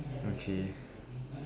okay mmhmm